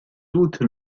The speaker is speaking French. doute